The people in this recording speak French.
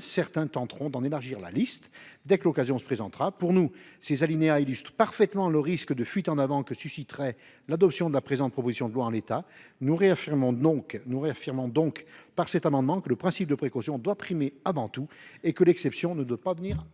certains tenteront, demain, d’en élargir la liste dès que l’occasion se présentera. Pour nous, ces alinéas illustrent parfaitement le risque de fuite en avant que susciterait l’adoption de la présente proposition de loi en l’état. Nous réaffirmons donc, par cet amendement, que le principe de précaution doit primer avant tout et que l’exception ne doit pas devenir la règle.